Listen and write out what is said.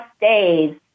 days